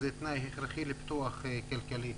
זה תנאי הכרחי לפיתוח כלכלי.